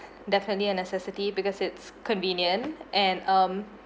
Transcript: definitely a necessity because it's convenient and um